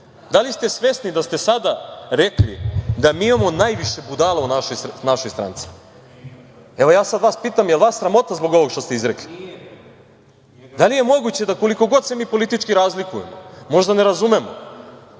Da li ste svesni da ste sada rekli da mi imamo najviše budala u našoj stranci? Pitam vas jel vas sramota zbog ovog što ste izrekli? Da li je moguće, da koliko god se mi politički razlikujemo, možda ne razumemo,